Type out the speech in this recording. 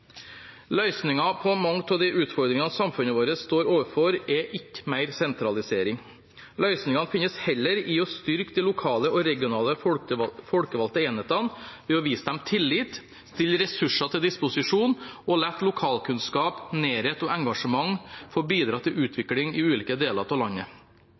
på mange av de utfordringene samfunnet vårt står overfor, er ikke mer sentralisering. Løsningene finnes heller i å styrke de lokale og regionale folkevalgte enhetene ved å vise dem tillit, stille ressurser til disposisjon og la lokalkunnskap, nærhet og engasjement få bidra til utvikling i ulike deler av landet.